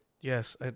Yes